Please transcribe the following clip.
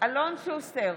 אלון שוסטר,